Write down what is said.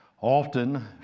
often